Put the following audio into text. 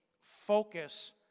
focus